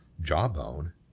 Jawbone